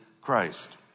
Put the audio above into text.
Christ